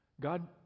God